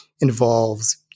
involves